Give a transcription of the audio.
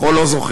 החול לא זוכר.